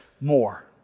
more